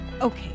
Okay